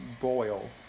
boil